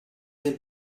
del